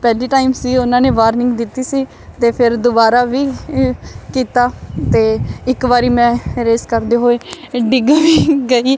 ਪਹਿਲੀ ਟਾਈਮ ਸੀ ਉਨ੍ਹਾਂ ਨੇ ਵਾਰਨਿੰਗ ਦਿੱਤੀ ਸੀ ਅਤੇ ਫਿਰ ਦੁਬਾਰਾ ਵੀ ਕੀਤਾ ਅਤੇ ਇੱਕ ਵਾਰੀ ਮੈਂ ਰੇਸ ਕਰਦੇ ਹੋਏ ਡਿੱਗ ਵੀ ਗਈ